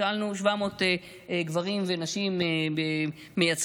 שאלנו 700 גברים ונשים מייצגים,